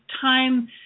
time